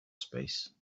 space